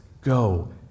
go